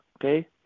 Okay